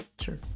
Sure